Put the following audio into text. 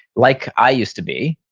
like i used to be,